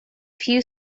few